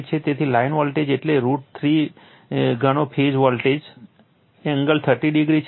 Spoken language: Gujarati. તેથી લાઇન વોલ્ટેજ એટલે રૂટ 3 ગણો ફેઝ વોલ્ટેજ એંગલ 30o છે